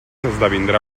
esdevindrà